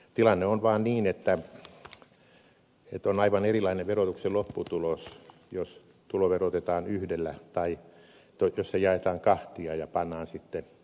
tilanne on vaan niin että on aivan erilainen verotuksen lopputulos jos tuloverotetaan yhdellä tai jos se jaetaan kahtia ja pannaan sitten asteikoille